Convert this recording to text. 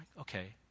Okay